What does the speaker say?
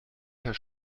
herr